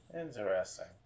Interesting